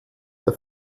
der